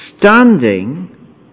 standing